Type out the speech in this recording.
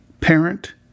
parent